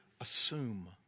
assume